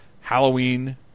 Halloween